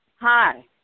Hi